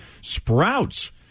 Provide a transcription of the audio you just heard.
Sprouts